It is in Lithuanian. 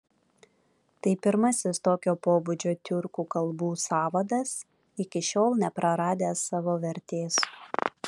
tai pirmasis tokio pobūdžio tiurkų kalbų sąvadas iki šiol nepraradęs savo vertės